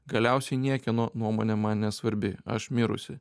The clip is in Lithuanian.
galiausiai niekieno nuomonė man nesvarbi aš mirusi